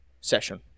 session